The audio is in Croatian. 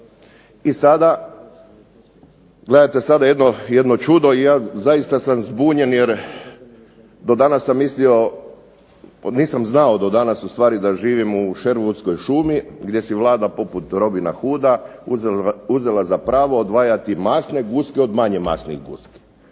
I sada, gledajte sada jedno čudo i ja zaista sam zbunjen jer do danas sam mislio, nisam znao do danas u stvari da živimo u Sherwoodskoj šumi gdje si je Vlada poput Robina Hooda uzela za pravo odvajati masne guske od manje masnih guski.